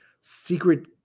secret